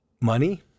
money